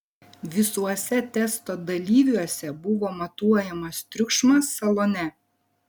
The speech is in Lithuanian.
visuose testo dalyviuose buvo matuojamas triukšmas salone